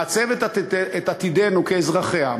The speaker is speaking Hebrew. מעצבת את עתידנו כאזרחיה,